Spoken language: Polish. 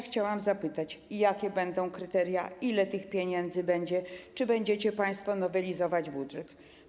Chciałam zapytać: Jakie będą kryteria, ile tych pieniędzy będzie, czy będziecie państwo nowelizować budżet?